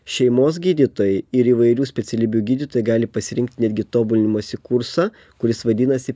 šeimos gydytojai ir įvairių specialybių gydytojai gali pasirinkti netgi tobulinimosi kursą kuris vadinasi